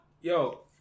Yo